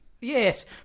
Yes